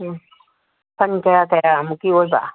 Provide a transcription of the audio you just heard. ꯎꯝ ꯁꯟ ꯀꯌꯥ ꯀꯌꯥꯃꯨꯛꯀꯤ ꯑꯣꯏꯕ